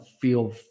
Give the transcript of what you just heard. feel